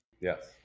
Yes